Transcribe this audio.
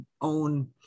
own